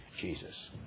Jesus